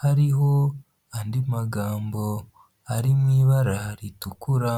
hariho, andi magambo ari mu ibara ritukura.